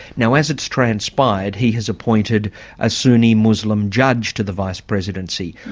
now, as it's transpired he has appointed a sunni muslim judge to the vice-presidency.